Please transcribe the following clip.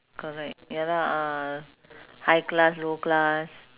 correct ya lah uh high class low class